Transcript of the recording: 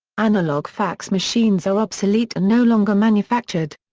analog fax machines are obsolete and no longer manufactured.